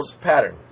pattern